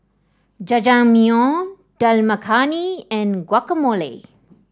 Jajangmyeon Dal Makhani and Guacamole